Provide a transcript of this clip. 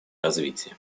развития